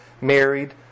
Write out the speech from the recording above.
married